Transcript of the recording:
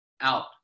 out